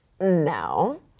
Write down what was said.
no